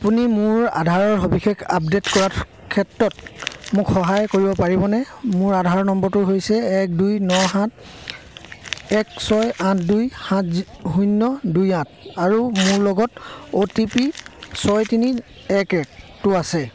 আপুনি মোৰ আধাৰৰ সবিশেষ আপডে'ট কৰাত ক্ষেত্ৰত মোক সহায় কৰিব পাৰিবনে মোৰ আধাৰ নম্বৰটো হৈছে এক দুই ন সাত এক ছয় আঠ দুই সাত শূন্য দুই আঠ আৰু মোৰ লগত অ' টি পি ছয় তিনি এক একটো আছে